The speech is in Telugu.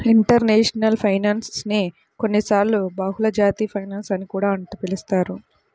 ఇంటర్నేషనల్ ఫైనాన్స్ నే కొన్నిసార్లు బహుళజాతి ఫైనాన్స్ అని కూడా పిలుస్తారు